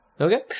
Okay